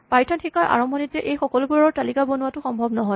Python শিকাৰ আৰম্ভণিতে সেই সকলোবোৰৰ তালিকা বনোৱাটো সম্ভৱ নহয়